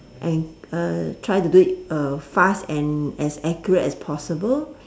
and uh try to do it uh fast and as accurate as possible